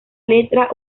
letra